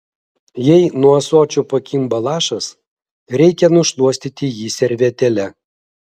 jei nuo ąsočio pakimba lašas reikia nušluostyti jį servetėle